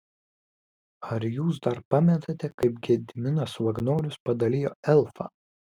ar jūs dar pamenate kaip gediminas vagnorius padalijo elfą